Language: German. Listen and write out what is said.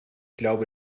glaube